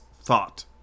thought